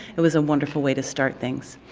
it was a wonderful way to start things.